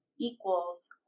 equals